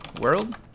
world